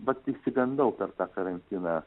vat išsigandau per tą karantiną